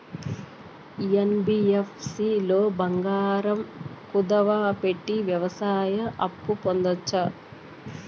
NBFC లో బంగారం కుదువు పెట్టి వ్యవసాయ అప్పు పొందొచ్చా?